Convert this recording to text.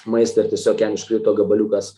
maistą ir tiesiog jam iškrito gabaliukas